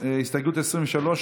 הסתייגות 23,